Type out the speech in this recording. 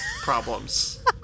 problems